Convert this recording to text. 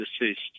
deceased